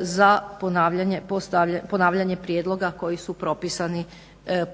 za ponavljanje prijedloga koji su propisani